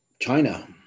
China